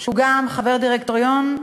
שהוא גם חבר דירקטוריון,